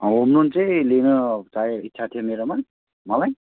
home loan चाहिँ लिन चाहिँ इच्छा थियो मेरोमा मलाई